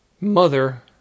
mother